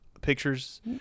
pictures